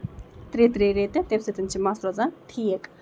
تریہِ تریہِ رٮ۪تہِ تَمہِ سۭتۍ چھُ مَس روزان ٹھیٖک